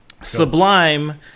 Sublime